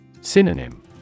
Synonym